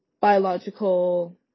biological